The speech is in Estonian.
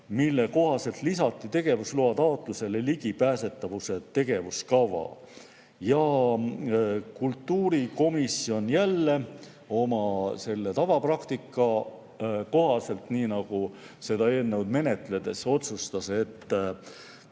mille kohaselt lisatakse tegevusloa taotlusele ligipääsetavuse tegevuskava. Kultuurikomisjon jälle oma tavapraktika kohaselt, nii nagu seda eelnõu menetledes ikka, otsustas, et